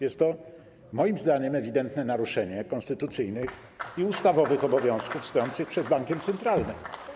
Jest to moim zdaniem ewidentne naruszenie konstytucyjnych i ustawowych obowiązków stojących przed bankiem centralnym.